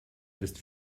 ist